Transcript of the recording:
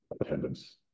attendance